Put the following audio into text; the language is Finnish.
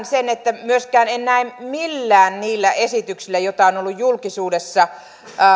sen että myöskään en näe millään niillä esityksillä joita on ollut julkisuudessa